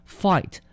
fight